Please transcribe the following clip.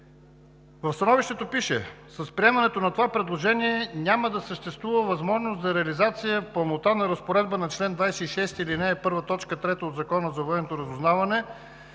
В становището пише: „С приемането на това предложение няма да съществува възможност за реализация в пълнота на разпоредба на чл. 26, ал. 1, т. 3 от Закона за военното разузнаване